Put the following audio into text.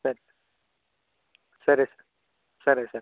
సరే సరే సార్ సరే సార్